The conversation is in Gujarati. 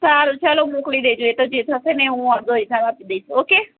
સારું ચાલો મોકલી દેજો એ તો જે થશે ને હું અડધો હિસાબ આપી દઇશ ઓકે